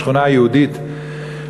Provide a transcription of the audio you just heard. שכונה יהודית,